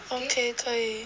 okay 可以